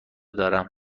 دارم